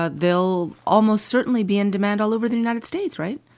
ah they'll almost certainly be in demand all over the united states, right?